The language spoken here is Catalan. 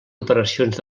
operacions